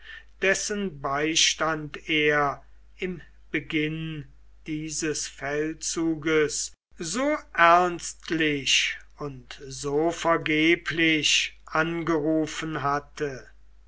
dessen beistand er im beginn dieses feldzuges so ernstlich und so vergeblich angerufen hatte